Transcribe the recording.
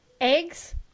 Eggs